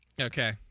Okay